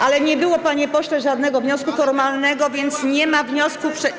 Ale nie było, panie pośle, żadnego wniosku formalnego, więc nie ma wniosku przeciwnego.